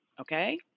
okay